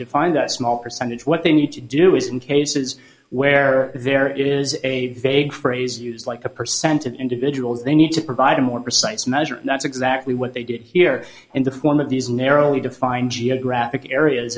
define that small percentage what they need to do is in cases where there is a phrase used like a percent of individuals they need to provide a more precise measure that's exactly what they did here in the form of these narrowly defined geographic areas